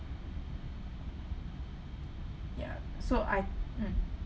ya so I mm